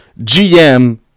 GM